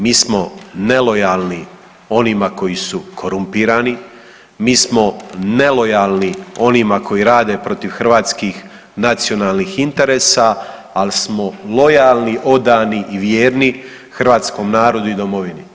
Mi smo nelojalni onima koji su korumpirani, mi smo nelojalni onima koji rade protiv hrvatskih nacionalnih interesa ali smo lojalni, odani i vjerni hrvatskom narodu i Domovini.